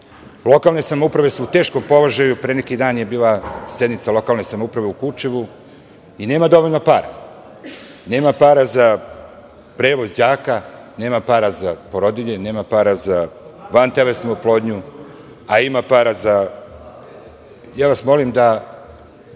Lokalne samouprave su u teškom položaju i pre neki dan je bila sednica lokalne samouprave u Kučevu i nema dovoljno para. Nema para za prevoz đaka, nema para za porodilje, nema para za vantelesnu oplodnju, a ima para za...Molim